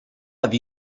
have